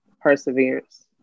perseverance